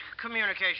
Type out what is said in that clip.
communication